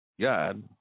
God